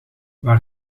waar